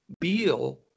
Beal